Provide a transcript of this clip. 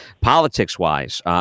Politics-wise